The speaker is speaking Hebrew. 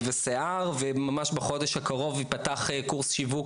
שיער וממש בחודש הקרוב ייפתח קורס שיווק